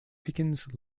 pickens